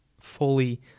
fully